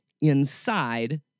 inside